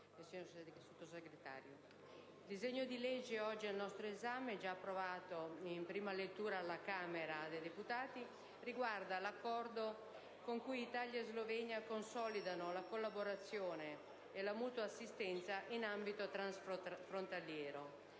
il disegno di legge oggi al nostro esame, già approvato in prima lettura dalla Camera dei deputati, riguarda l'accordo con cui Italia e Slovenia consolidano la collaborazione e la mutua assistenza in ambito transfrontaliero,